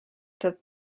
that